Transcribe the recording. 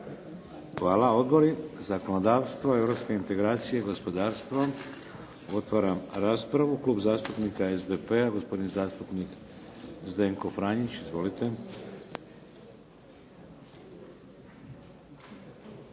Hvala. Odbori? Zakonodavstvo? Europske integracije? Gospodarstvo? Otvaram raspravu. Klub zastupnika SDP-a, gospodin zastupnik Zdenko Franić. Izvolite.